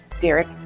Derek